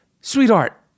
Sweetheart